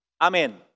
Amen